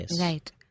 Right